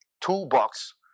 toolbox